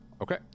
Okay